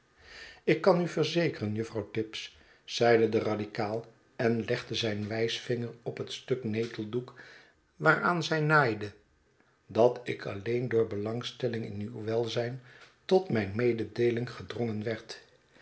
ik kan u verzekeren juffrouw tibbs zeide de radikaal en legde zijn wijsvinger op het stuk neteldoek waaraan zij naaide dat ik alleen door belangstelling in uw welzijn tot mijn mededeeling gedrongen werd